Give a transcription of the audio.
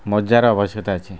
ମଜାର ଆବଶ୍ୟକତା ଅଛି